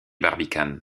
barbicane